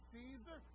Caesar